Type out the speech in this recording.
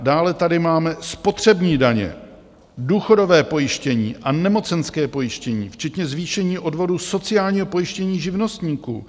Dále tady máme spotřební daně, důchodové pojištění a nemocenské pojištění včetně zvýšení odvodů sociálního pojištění živnostníků.